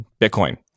Bitcoin